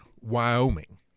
Wyoming